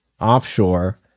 offshore